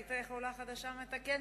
ראית איך עולה חדשה מתקנת?